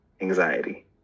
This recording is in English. anxiety